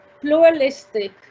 pluralistic